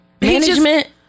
Management